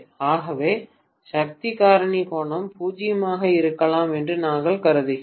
ஆகவே சக்தி காரணி கோணம் 0 ஆக இருக்கலாம் என்று நாங்கள் கருதுகிறோம்